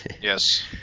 yes